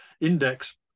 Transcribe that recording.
index